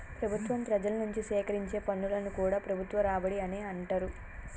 ప్రభుత్వం ప్రజల నుంచి సేకరించే పన్నులను కూడా ప్రభుత్వ రాబడి అనే అంటరు